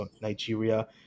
Nigeria